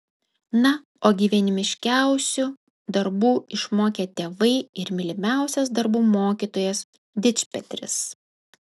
na o gyvenimiškiausių darbų išmokė tėvai ir mylimiausias darbų mokytojas dičpetris